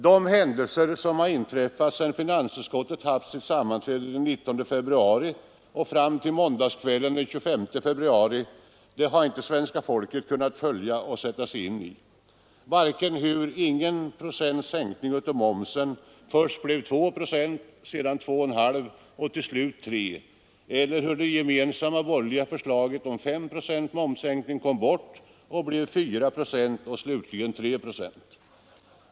De händelser som inträffat sedan finansutskottet haft sitt sammanträde den 19 februari och fram till måndagskvällen den 25 februari har inte svenska folket kunnat följa och sätta sig in i. Man har inte kunnat följa vare sig hur O procents sänkning av momsen först blev 2, sedan 2,5 och till sist 3 procent eller hur det gemensamma borgerliga förslaget om 5 procents momssänkning kom bort och blev 4 och slutligen 3 procent.